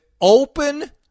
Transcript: open